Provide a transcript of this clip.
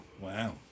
Wow